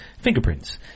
fingerprints